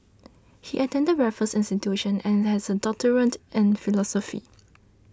he attended Raffles Institution and has a doctorate and philosophy